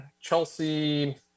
Chelsea